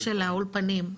של האולפנים.